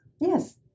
Yes